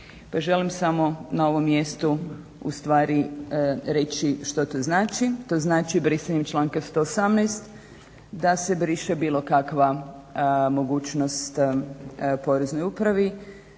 želim samo na ovom mjestu ustvari reći što to znači. To znači brisanjem članka 118.da se briše bilo kakva mogućnost Poreznoj upravi